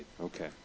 Okay